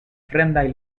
fremdaj